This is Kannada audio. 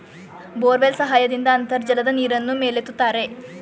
ಬೋರ್ವೆಲ್ ಸಹಾಯದಿಂದ ಅಂತರ್ಜಲದ ನೀರನ್ನು ಮೇಲೆತ್ತುತ್ತಾರೆ